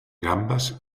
gambes